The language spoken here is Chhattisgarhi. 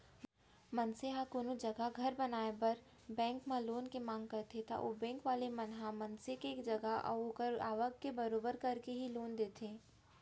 मनसे ह कोनो जघा घर बनाए बर बेंक म लोन के मांग करथे ता बेंक वाले मन ह मनसे के जगा अऊ ओखर आवक के बरोबर करके ही लोन देथे